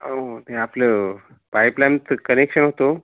हो ते आपलं पाईपलाईनचं कनेक्शन होतो